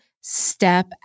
step